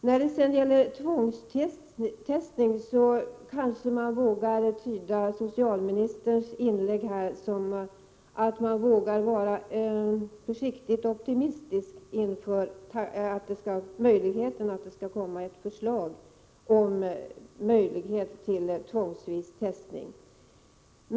När det gäller tvångstestning kanske jag kan tyda socialministerns inlägg här så att man vågar vara försiktigt optimistisk inför möjligheten att det skall komma ett förslag om tvångsvis testning.